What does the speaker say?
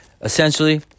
essentially